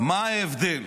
מה ההבדל?